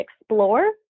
explore